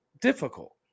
difficult